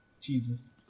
Jesus